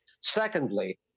Secondly